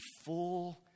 full